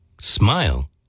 smile